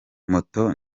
moto